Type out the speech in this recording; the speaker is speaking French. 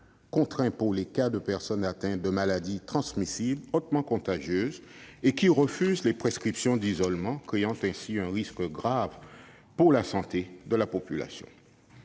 contraint pour le cas des personnes atteintes de maladies transmissibles hautement contagieuses qui refuseraient les prescriptions d'isolement, créant ainsi un risque grave pour la santé de la population.